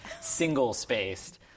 single-spaced